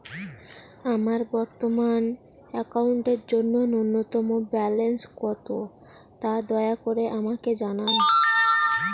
আমার বর্তমান অ্যাকাউন্টের জন্য ন্যূনতম ব্যালেন্স কত, তা দয়া করে আমাকে জানান